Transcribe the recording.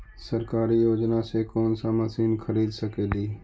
सरकारी योजना से कोन सा मशीन खरीद सकेली?